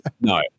No